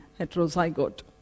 heterozygote